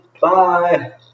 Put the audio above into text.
Bye